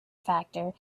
factor